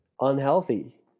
Unhealthy